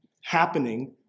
happening